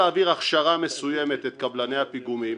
הכשרה מסוימת את קבלני הפיגומים.